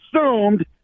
assumed